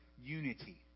unity